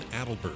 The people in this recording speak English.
Adelberg